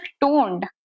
toned